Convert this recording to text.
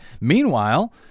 Meanwhile